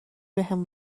بهم